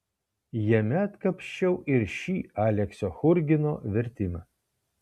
jame atkapsčiau ir šį aleksio churgino vertimą